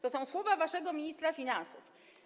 To są słowa waszego ministra finansów.